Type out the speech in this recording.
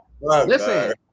listen